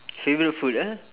favourite food ah